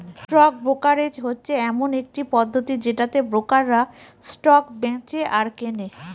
stock brokerage হচ্ছে এমন একটি পদ্ধতি যেটাতে ব্রোকাররা স্টক বেঁচে আর কেনে